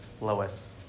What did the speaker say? Lois